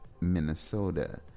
Minnesota